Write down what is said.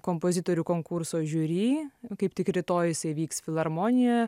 kompozitorių konkurso žiūri kaip tik rytoj jisai vyks filharmonijoje